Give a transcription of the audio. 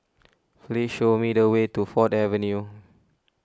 please show me the way to Ford Avenue